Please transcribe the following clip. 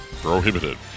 prohibited